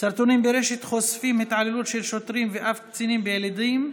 סרטונים ברשת חושפים התעללות של שוטרים ואף קצינים בילדים חרדים,